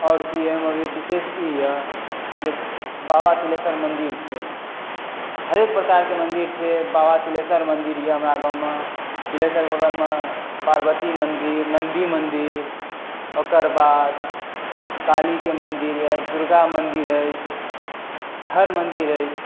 आओर की एहिमे विशेष ई यऽ जे बाबा तिलेशर नाथ मंदिर छै हरेक प्रकार के मन्दिर छै बाबा तिलेशर मन्दिर यऽ हमरा गाँवमे तिलेशर के बगलमे पार्वती मन्दिर नन्दी मन्दिर ओकर बाद कालीके मन्दिर अछि दुर्गा मंदिर अछि हर मन्दिर अछि